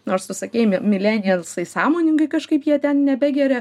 nors tu sakei milenialsai sąmoningai kažkaip jie ten nebegeria